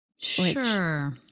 Sure